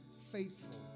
faithful